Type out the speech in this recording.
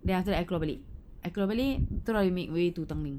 then after that I keluar balik I keluar balik terus I make way to tanglin